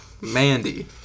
Mandy